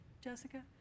Jessica